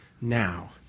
now